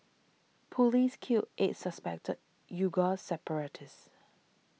police kill eight suspected Uighur separatists